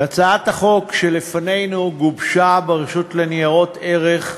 הצעת החוק שלפנינו גובשה ברשות לניירות ערך,